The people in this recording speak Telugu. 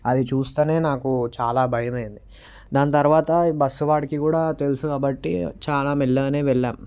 అది చూస్తేనే నాకు చాలా భయమైంది దాని తరువాత బస్సు వాడికి కూడా తెలుసు కాబట్టి చాలా మెల్లగానే వెళ్ళాము